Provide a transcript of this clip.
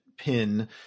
PIN